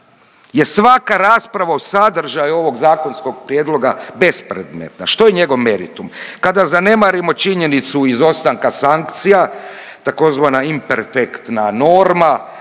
je svaka rasprava o sadržaju ovog zakonskog prijedloga bespredmetna. Što je njegov meritum? Kada zanemarimo činjenicu izostanka sankcija tzv. imperfektna norma